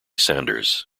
sanders